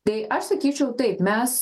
tai aš sakyčiau taip mes